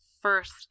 first